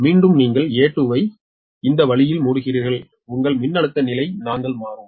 மீண்டும் நீங்கள் A2 ஐ இந்த வழியில் மூடுகிறீர்கள் உங்கள் மின்னழுத்த நிலை நாங்கள் மாறும்